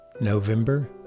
November